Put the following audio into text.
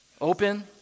Open